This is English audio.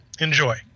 enjoy